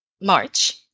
March